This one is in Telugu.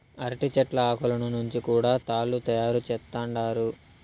అరటి చెట్ల ఆకులను నుంచి కూడా తాళ్ళు తయారు చేత్తండారు